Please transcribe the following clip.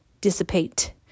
dissipate